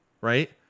right